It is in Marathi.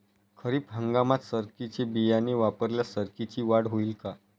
खरीप हंगामात सरकीचे बियाणे वापरल्यास सरकीची वाढ होईल का?